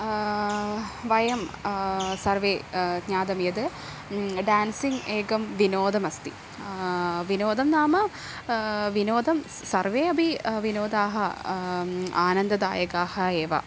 वयं सर्वे ज्ञातं यत् डेन्सिङ्ग् एकं विनोदमस्ति विनोदं नाम विनोदं स् सर्वे अपि विनोदाः आनन्ददायकाः एव